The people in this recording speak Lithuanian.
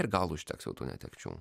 ir gal užteks jau tų netekčių